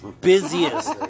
busiest